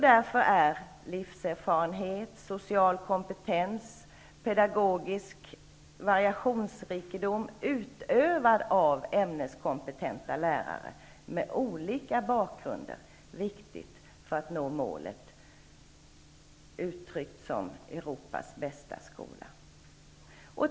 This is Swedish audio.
Därför är livserfarenhet, social kompetens, pedagogisk variationsrikedom utövad av ämneskompetenta lärare med olika bakgrunder viktigt för att nå målet uttryckt som: Europas bästa skola.